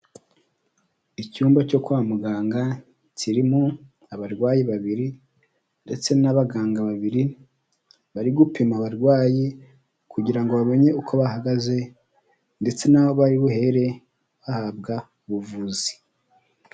Icyumba cyo kwa muganga kirimo abarwayi babiri ndetse n'abaganga babiri, bari gupima abarwayi kugira ngo bamenye uko bahagaze ndetse n'aho bari buhere bahabwa ubuvuzi.